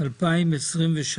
99), התשפ"ג-2023.